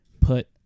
put